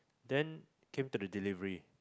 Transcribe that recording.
then came to the delivery